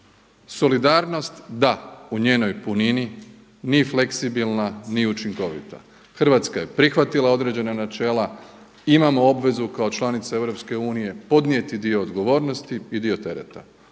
Solidarnost da u njenoj punini, nije fleksibilna, nije učinkovita. Hrvatska je prihvatila određena načela. Imamo obvezu kao članice EU podnijeti dio odgovornosti i dio tereta.